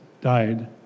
died